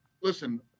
listen